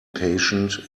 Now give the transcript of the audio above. patient